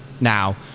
Now